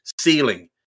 ceiling